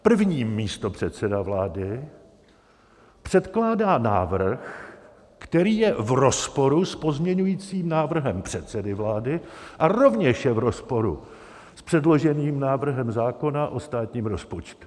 První místopředseda vlády předkládá návrh, který je v rozporu s pozměňujícím návrhem předsedy vlády a rovněž je v rozporu s předloženým návrhem zákona o státním rozpočtu.